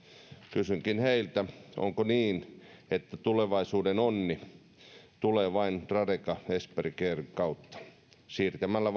kysynkin heiltä onko niin että tulevaisuuden onni tulee vain tradeka esperi caren kautta siirtämällä